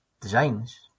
designs